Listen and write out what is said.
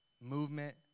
Movement